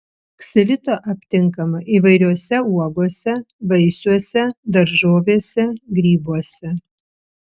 ksilito aptinkama įvairiose uogose vaisiuose daržovėse grybuose